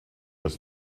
was